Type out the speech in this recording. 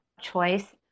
choice